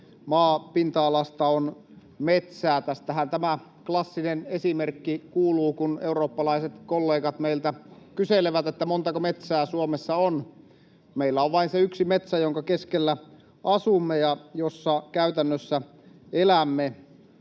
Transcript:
maapinta-alasta on metsää. Tästähän kuuluu tämä klassinen esimerkki, kun eurooppalaiset kollegat meiltä kyselevät, montako metsää Suomessa on: meillä on vain se yksi metsä, jonka keskellä asumme ja jossa käytännössä elämme.